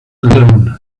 alone